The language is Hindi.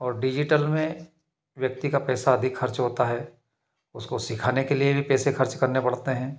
और डिजिटल में व्यक्ति का पैसा अधिक खर्च होता है उसको सिखाने के लिए भी पैसे खर्च करने पड़ते हैं